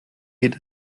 geht